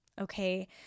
okay